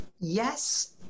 Yes